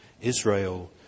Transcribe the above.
Israel